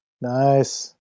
Nice